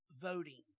voting